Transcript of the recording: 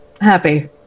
happy